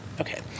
Okay